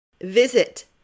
Visit